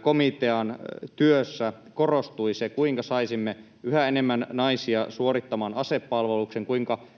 komitean työssä korostui se, kuinka saisimme yhä enemmän naisia suorittamaan asepalveluksen ja kuinka